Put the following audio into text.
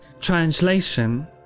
Translation